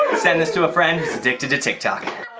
send this to a friend who's addicted to tiktok